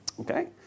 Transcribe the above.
Okay